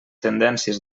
tendències